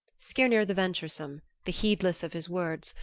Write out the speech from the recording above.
skirnir the venturesome, the heedless of his words,